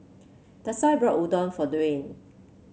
Dasia bought Udon for Dwayne